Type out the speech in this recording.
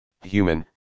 human